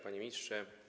Panie Ministrze!